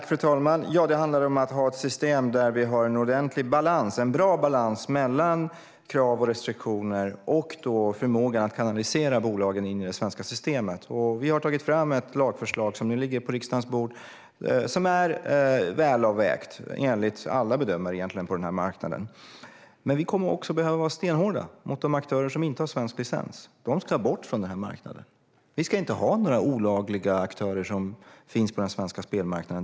Fru talman! Det handlar om att ha ett system med en ordentlig och bra balans mellan krav och restriktioner och förmågan att kanalisera bolagen in i det svenska systemet. Vi har tagit fram ett lagförslag som nu ligger på riksdagens bord. Det är välavvägt, enligt egentligen alla bedömare på marknaden. Men vi kommer också att behöva vara stenhårda mot de aktörer som inte har svensk licens. De ska bort från marknaden. Vi ska inte ha några olagliga aktörer på svensk spelmarknad.